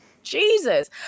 Jesus